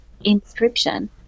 inscription